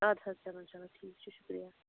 اَدٕ حظ چلو چلو ٹھیٖک چھُ شُکریہ